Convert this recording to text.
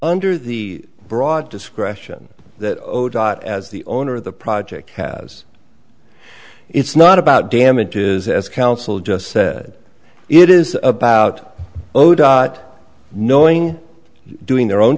under the broad discretion that dot as the owner of the project has it's not about damages as council just said it is about knowing doing their own